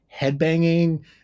headbanging